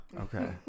Okay